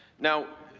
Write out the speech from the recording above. now,